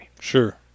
Sure